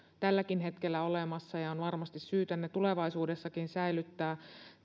tälläkin hetkellä olemassa ja on varmasti syytä ne tulevaisuudessakin säilyttää